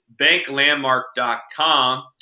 banklandmark.com